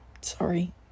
Sorry